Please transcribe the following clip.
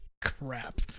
Crap